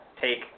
take